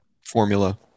formula